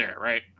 right